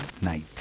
night